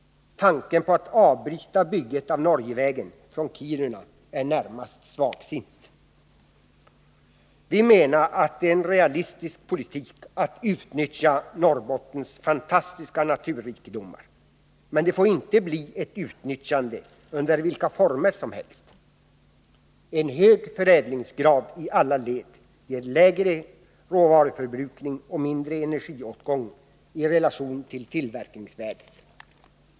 Tanken på att avbryta bygget av Norgevägen från Kiruna är närmast svagsint. Vi menar att det är en realistisk politik att utnyttja Norrbottens fantastiska naturrikedomar. Men det får inte bli ett utnyttjande under vilka former som helst. En hög förädlingsgrad i alla led ger lägre råvaruförbrukning och mindre energiåtgång i relation till tillverkningsvärdet.